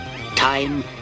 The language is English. Time